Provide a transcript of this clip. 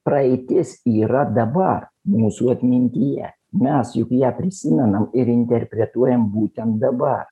praeitis yra dabar mūsų atmintyje mes juk ją prisimenam ir interpretuojam būtent dabar